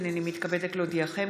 הינני מתכבדת להודיעכם,